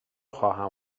خواهم